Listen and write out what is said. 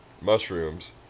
mushrooms